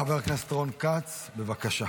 חבר הכנסת רון כץ, בבקשה.